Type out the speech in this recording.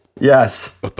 Yes